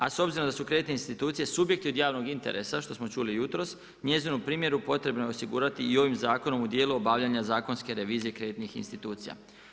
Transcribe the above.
A s obzirom da su kreditne institucije subjekt od javnog interesa, što smo čuli jutros, njezinu primjeru potrebno je osigurati i ovim zakonom u dijelu obavljanja zakonske revizije kreditnih institucija.